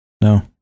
no